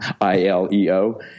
I-L-E-O